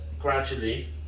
gradually